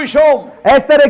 home